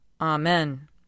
Amen